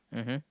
mmhmm